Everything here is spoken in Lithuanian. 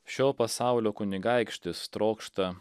šio pasaulio kunigaikštis trokšta